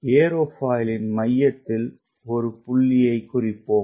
ஏரோஃபாயிலின் மையத்தில் ஒரு புள்ளியைக் குறிப்போம்